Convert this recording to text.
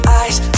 eyes